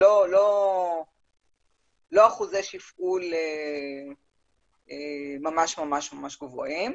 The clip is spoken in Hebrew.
לא אחוזי תפעול ממש ממש גבוהים.